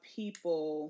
people